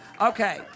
Okay